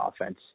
offense